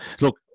Look